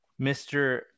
Mr